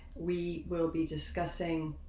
we will be discussing